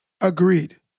Agreed